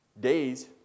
days